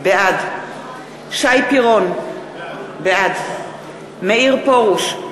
בעד שי פירון, בעד מאיר פרוש,